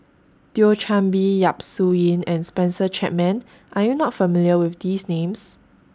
Thio Chan Bee Yap Su Yin and Spencer Chapman Are YOU not familiar with These Names